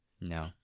No